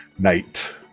night